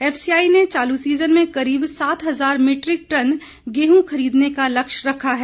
FCI ने चालू season में करीब सात हजार मीट्रिक टन गेहूं खरीदने का लक्ष्य रखा है